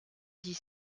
dix